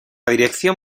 dirección